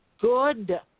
good